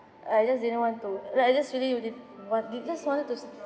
I just didn't want to like I just really did what they just wanted to